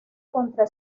contra